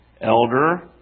Elder